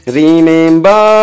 remember